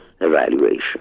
evaluation